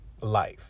life